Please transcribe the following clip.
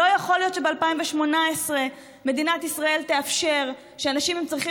לא יכול להיות שב-2018 מדינת ישראל תאפשר שאנשים עם צרכים